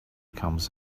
comes